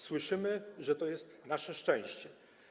Słyszymy, że to jest nasze szczęście.